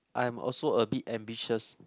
I'm also a bit ambitious